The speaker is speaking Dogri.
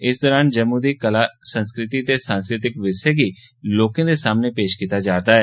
इस दरान जम्मू दी कला संस्कृति ते सांस्कृतिक विरसे गी लोकें दे सामने पेश कीता जा'रदा ऐ